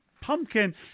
pumpkin